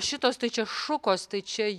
šitos tai čia šukos tai čia